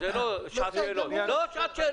זו לא שעת שאלות.